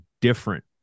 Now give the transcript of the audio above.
different